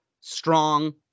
strong